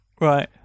Right